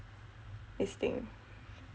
this thing